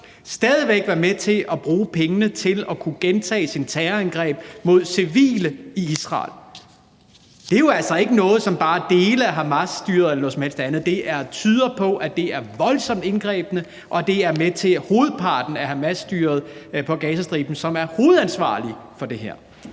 stadig væk bruge pengene til at blive ved med at kunne gentage sine terrorangreb mod civile i Israel, så er det jo altså ikke noget, som bare dele af Hamasstyret gør. Det tyder på, at det er voldsomt indgribende, og at det er hovedparten af Hamasstyret, som er med til det, og som er hovedansvarlig for det her.